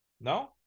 No